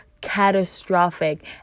catastrophic